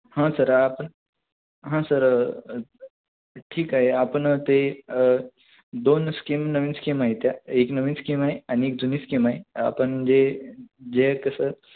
हां सर आपण हां सर ठीक आहे आपण ते दोन स्कीम नवीन स्कीम आहेत त्या एक नवीन स्कीम आहे आणि एक जुनी स्कीम आहे आपण जे जे कसं